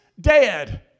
dead